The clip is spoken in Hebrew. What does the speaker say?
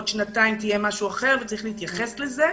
ובעוד שנתיים יהיה משהו אחר, וצריך להתייחס לזה.